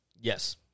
Yes